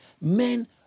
Men